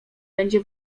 zawsze